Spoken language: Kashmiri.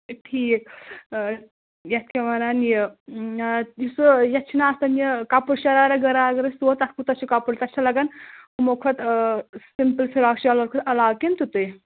ٹھیٖک یَتھ کیٛاہ وَنان یہِ سُہ یَتھ چھِنہ آسان یہِ کَپُر شَرارا گَرارا اگر أسۍ سُوو تَتھ کوٗتاہ چھِ کَپُر تَتھ چھےٚ لَگَان ہُمو کھۄتہٕ سِمپٕل فِراق شَلوار کھۄتہٕ علاوٕ کِنہٕ تیُٚتٕے